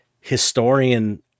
historian